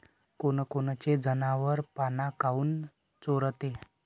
कोनकोनचे जनावरं पाना काऊन चोरते?